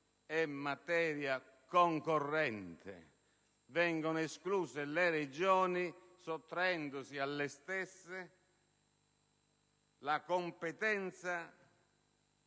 è materia concorrente. Vengono escluse le Regioni, sottraendosi alle stesse la competenza